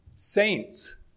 Saints